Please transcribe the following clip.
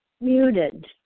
muted